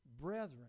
brethren